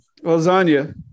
Lasagna